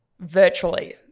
virtually